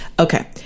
okay